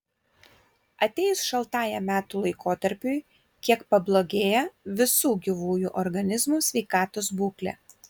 atėjus šaltajam metų laikotarpiui kiek pablogėja visų gyvųjų organizmų sveikatos būklė